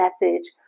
message